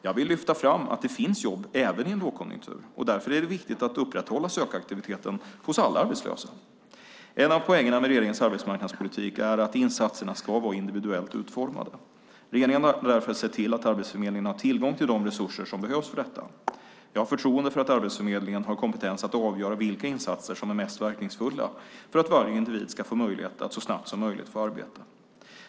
Jag vill lyfta fram att det finns jobb även i en lågkonjunktur. Därför är det viktigt att upprätthålla sökaktiviteten hos alla arbetslösa. En av poängerna med regeringens arbetsmarknadspolitik är att insatserna ska vara individuellt utformade. Regeringen har därför sett till att Arbetsförmedlingen har tillgång till de resurser som behövs för detta. Jag har förtroende för att Arbetsförmedlingen har kompetens att avgöra vilka insatser som är mest verkningsfulla för att varje individ ska få möjlighet att så snabbt som möjligt få arbete.